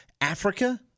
Africa